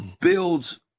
builds